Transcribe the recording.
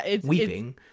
weeping